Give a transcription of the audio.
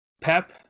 Pep